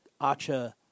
Acha